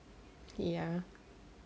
ya